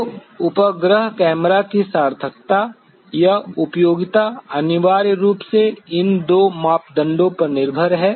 तो उपग्रह कैमरा की सार्थकता या उपयोगिता अनिवार्य रूप से इन दो मापदंडों पर निर्भर है